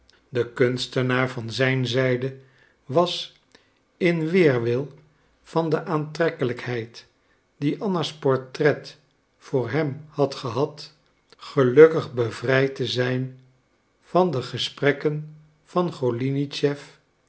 de kunstenaar van zijn zijde was in weerwil van de aantrekkelijkheid die anna's portret voor hem had gehad gelukkig bevrijd te zijn van de gesprekken van golinitschef